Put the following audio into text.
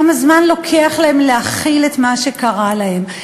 כמה זמן לוקח להן להכיל את מה שקרה להן.